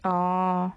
orh